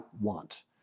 want